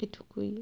এটুকুই